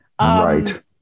Right